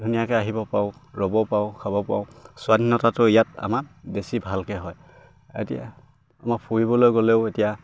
ধুনীয়াকে আহিব পাৰোঁ ৰ'ব পাৰোঁ খাব পাৰোঁ স্বাধীনতাটো ইয়াত আমাক বেছি ভালকে হয় এতিয়া আমাৰ ফুৰিবলৈ গ'লেও এতিয়া